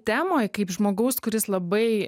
temoj kaip žmogaus kuris labai